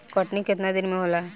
कटनी केतना दिन में होला?